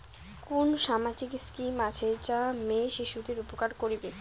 কুন সামাজিক স্কিম আছে যা মেয়ে শিশুদের উপকার করিবে?